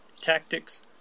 tactics